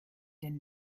denn